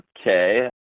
okay